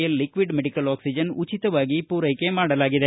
L liquid medical oxygen ಉಚಿತವಾಗಿ ಪೂರೈಕೆ ಮಾಡಲಾಗಿದೆ